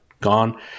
gone